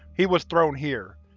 he was thrown here.